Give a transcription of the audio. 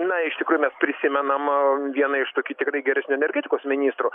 na iš tikrųjų mes prisimenam vieną iš tokių tikrai geresnių energetikos ministrų